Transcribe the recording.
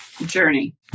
journey